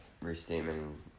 restatement